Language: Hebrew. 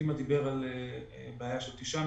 דימה דיבר על בעיה של 9 מיליון.